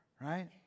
right